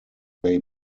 they